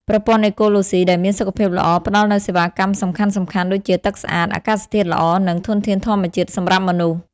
ប្រព័ន្ធអេកូឡូស៊ីដែលមានសុខភាពល្អ ផ្តល់នូវសេវាកម្មសំខាន់ៗដូចជាទឹកស្អាត អាកាសធាតុល្អ និងធនធានធម្មជាតិសម្រាប់មនុស្ស។